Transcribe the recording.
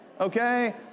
okay